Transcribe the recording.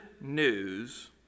news